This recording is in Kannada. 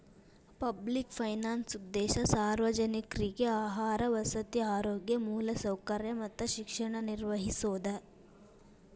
ಪಬ್ಲಿಕ್ ಫೈನಾನ್ಸ್ ಉದ್ದೇಶ ಸಾರ್ವಜನಿಕ್ರಿಗೆ ಆಹಾರ ವಸತಿ ಆರೋಗ್ಯ ಮೂಲಸೌಕರ್ಯ ಮತ್ತ ಶಿಕ್ಷಣ ನಿರ್ವಹಿಸೋದ